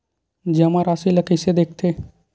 जमा राशि ला कइसे देखथे?